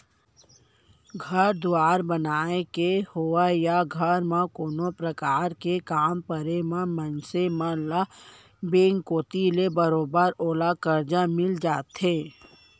घर दुवार बनाय के होवय या घर म कोनो परकार के काम परे म मनसे मन ल बेंक कोती ले बरोबर ओला करजा मिल जाथे